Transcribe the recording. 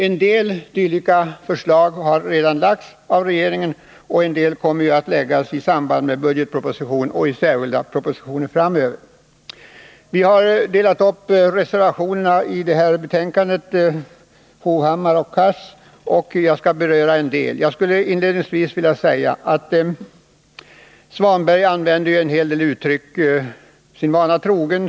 En del dylika förslag har redan lagts fram av regeringen, och en del kommer att läggas fram i samband med budgetpropositionen och särskilda propositioner framöver. Vi har delat upp reservationerna i detta betänkande. Herrar Hovhammar och Cars kommer att tala för vissa reservationer, och jag skall beröra en del. Ingvar Svanberg använde sin vana trogen en hel del markanta uttryck.